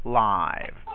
live